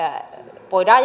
voidaan